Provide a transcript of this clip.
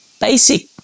basic